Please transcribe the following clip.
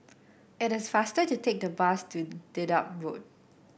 it is faster to take the bus to Dedap Road